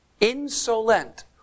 Insolent